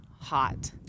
hot